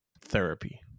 therapy